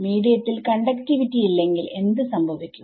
മീഡിയത്തിൽ conductivity ഇല്ലെങ്കിൽ എന്ത് സംഭവിക്കും